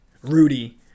Rudy